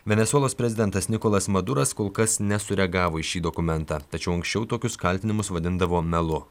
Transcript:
venesuelos prezidentas nikolas maduras kol kas nesureagavo į šį dokumentą tačiau anksčiau tokius kaltinimus vadindavo melu